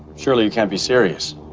surely you can't be serious.